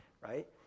right